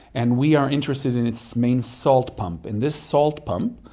and we are interested in its main salt pump. and this salt pump,